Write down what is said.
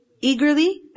eagerly